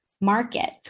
market